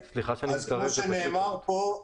כמו שנאמר פה,